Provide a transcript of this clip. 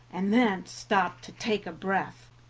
and then stopped to take breath.